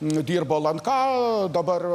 dirbo lnk dabar